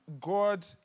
God